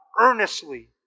Earnestly